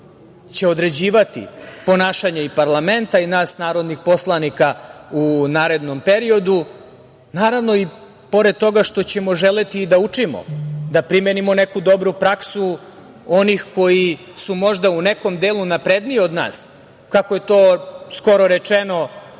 će određivati ponašanje i parlamenta i nas narodnih poslanika u narednom periodu. Naravno, pored toga što ćemo želeti i da učimo, da primenimo neku dobru praksu onih koji su možda u nekom delu napredniji od nas, kako je to skoro rečeno